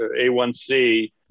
A1C